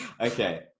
Okay